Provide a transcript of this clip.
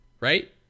right